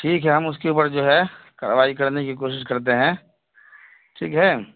ٹھیک ہے ہم اس کے اوپر جو ہے کارروائی کرنے کی کوشش کرتے ہیں ٹھیک ہے